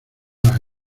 las